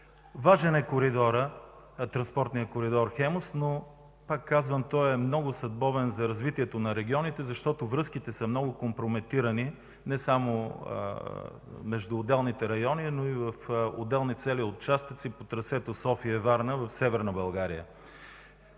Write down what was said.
Важен е транспортният коридор „Хемус”, но пак казвам, той е много съдбовен за развитието на регионите, защото връзките са много компрометирани не само между отделните райони, но и в отделни цели участъци по трасето София – Варна в Северна България.